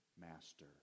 master